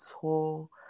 Tall